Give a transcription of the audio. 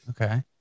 okay